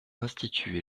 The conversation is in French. institué